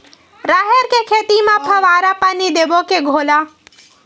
राहेर के खेती म फवारा पानी देबो के घोला?